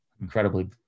incredibly